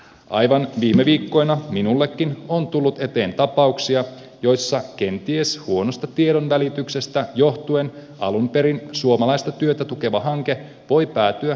aivan viime viikkoina minullekin on tullut eteen tapauksia joissa kenties huonosta tiedonvälityksestä johtuen alun perin suomalaista työtä tukeva hanke voi päätyä kiinalaisten käsiin